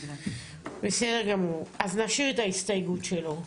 בסדר גמור, אז נשאיר את ההסתייגות שלו?